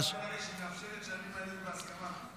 למירב בן ארי, שמאפשרת, בהסכמה.